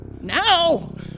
now